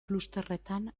klusterretan